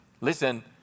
Listen